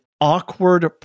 awkward